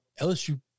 LSU